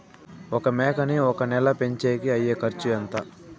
ఒక మేకని ఒక నెల పెంచేకి అయ్యే ఖర్చు ఎంత?